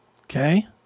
Okay